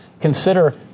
consider